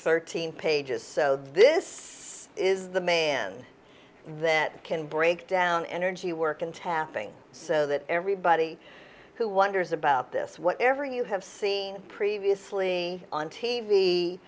thirteen pages so this is the man that can break down energy work and tapping so that everybody who wonders about this what ever you have seen previously on t